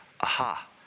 aha